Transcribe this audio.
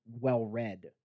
well-read